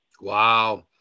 Wow